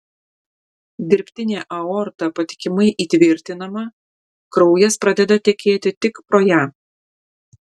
dirbtinė aorta patikimai įtvirtinama kraujas pradeda tekėti tik pro ją